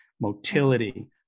motility